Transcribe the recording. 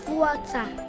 water